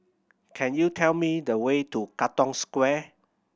can you tell me the way to Katong Square